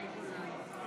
היושב-ראש.